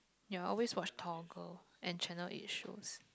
ya always watch Toggles and channel eight shows